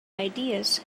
ideas